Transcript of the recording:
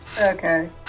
okay